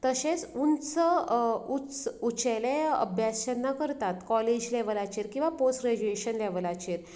तशेंच उंच उच् उचेल्लें अभ्यास जेन्ना करतात काॅलेज लेवलाचेर किंवां पाॅस्ट ग्रॅजुएशन लेवलाचेर